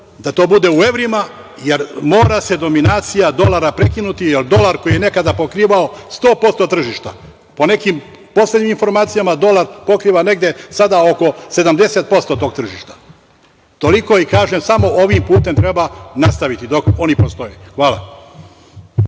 da to bude u evrima, jer mora se dominacija dolara prekinuti, jer dolar koji je nekada pokrivao 100% tržišta, po nekim poslednjim informacijama dolar pokriva negde sada oko 70% tog tržišta. Toliko. Kažem samo ovim putem treba nastaviti dok oni postoje. Hvala.